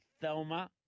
Thelma